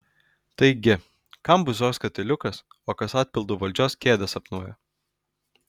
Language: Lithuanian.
taigi kam buizos katiliukas o kas atpildu valdžios kėdę sapnuoja